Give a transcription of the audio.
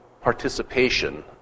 participation